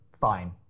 fine